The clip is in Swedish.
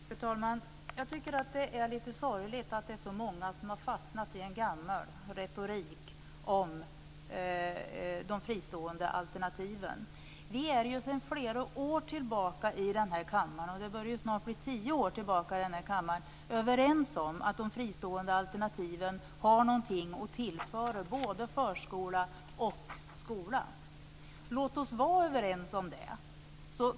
Fru talman! Jag tycker att det är lite sorgligt att så många har fastnat i en gammal retorik om de fristående alternativen. Sedan flera år tillbaka - det bör väl snart vara fråga om tio år - är vi i denna kammare överens om att de fristående alternativen har något att tillföra både förskola och skola. Låt oss alltså fortsatt vara överens om det!